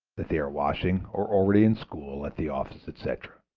that they are washing, or already in school, at the office, etc,